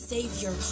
Savior